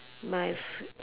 my fav~